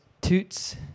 Toots